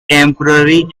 temporary